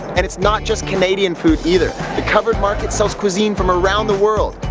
and it's not just canadian food either. the byward market sells cuisine from around the world.